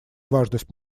важность